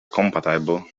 compatible